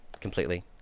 completely